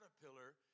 caterpillar